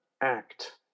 act